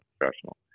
professional